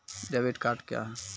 Debit card क्या हैं?